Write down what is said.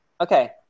Okay